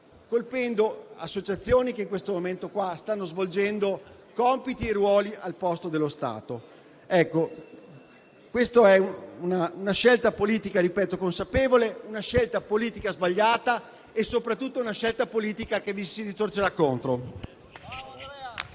colpendo associazioni che in questo momento stanno svolgendo compiti e ruoli al posto dello Stato. Questa è una scelta politica consapevole, una scelta politica sbagliata, che, soprattutto, vi si ritorcerà contro.